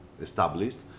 established